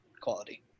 quality